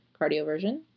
cardioversion